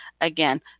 again